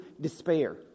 despair